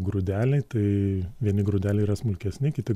grūdeliai tai vieni grūdeliai yra smulkesni kiti